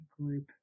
group